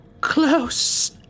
close